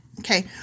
Okay